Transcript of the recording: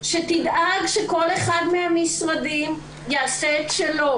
שתדאג שכל אחד מהמשרדים יעשה את שלו,